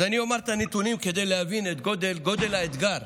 אז אני אומר את הנתונים כדי להבין את גודל האתגר.